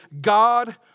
God